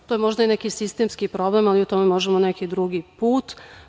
To je možda i neki sistemski problem, ali o tome možemo neki drugi put.